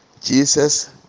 Jesus